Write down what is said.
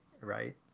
right